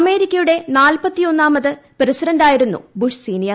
അമേരിക്കയുടെ നാൽപത്തിയൊന്നാമത് പ്രസിഡന്റായിരുന്നു ബുഷ് സീനിയർ